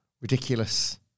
ridiculous